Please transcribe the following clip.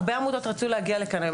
הרבה עמותות רצו להגיע לכאן היום,